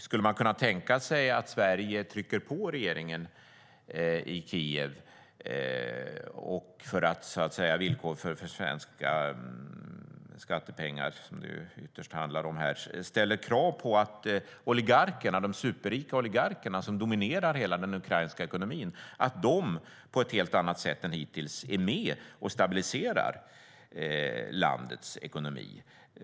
Skulle man kunna tänka sig att Sverige trycker på regeringen i Kiev för att man i villkoren för de svenska skattepengarna - som det ytterst handlar om här - ställer krav på att de superrika oligarker som dominerar hela den ukrainska ekonomin på ett helt annat sätt än hittills är med och stabiliserar landets ekonomi.